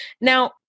Now